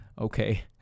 Okay